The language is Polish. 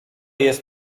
jest